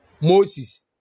Moses